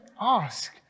ask